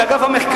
של אגף המחקר.